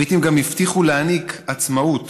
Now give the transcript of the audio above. הבריטים גם הבטיחו להעניק "עצמאות"